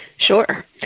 Sure